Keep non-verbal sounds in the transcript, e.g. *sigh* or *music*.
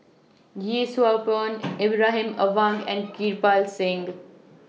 Yee Siew Pun *noise* Ibrahim Awang and Kirpal Singh